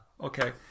Okay